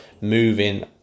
moving